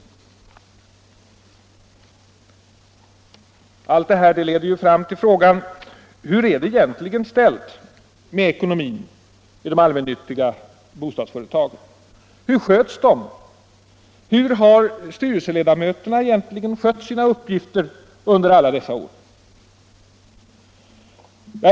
Detta leder fram till frågan: Hur är det egentligen ställt med ekonomin i de allmännyttiga bostadsföretagen? Hur sköts de? Hur har styrelseledamöterna egentligen skött sina uppgifter under alla dessa år?